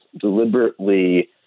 deliberately